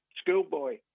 schoolboy